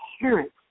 parents